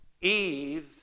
Eve